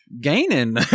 Gaining